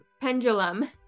pendulum